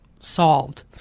solved